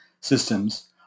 systems